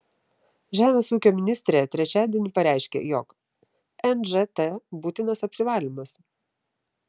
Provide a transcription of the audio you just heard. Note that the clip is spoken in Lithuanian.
žemės ūkio ministrė trečiadienį pareiškė jog nžt būtinas apsivalymas